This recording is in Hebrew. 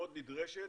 מאוד נדרשת.